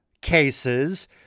cases